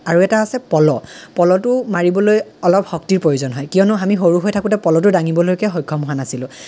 অৰু এটা আছে পল' পল'টো মাৰিবলৈ অলপ শক্তিৰ প্ৰয়োজন হয় কিয়নো আমি সৰু হৈ থাকোঁতে আমি পল'টো দাঙিবলৈকে সক্ষম হোৱা নাছিলো